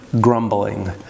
grumbling